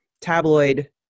tabloid